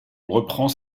reprend